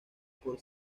por